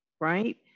right